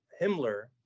Himmler